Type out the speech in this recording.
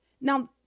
Now